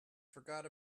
forgot